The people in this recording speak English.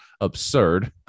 absurd